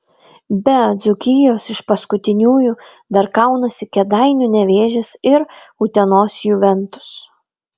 be dzūkijos iš paskutiniųjų dar kaunasi kėdainių nevėžis ir utenos juventus